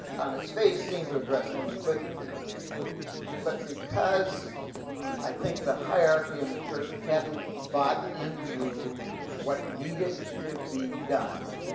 on its face seemed to address it. but but because i think the hierarchy in the church hadn't bought into what needed to be done.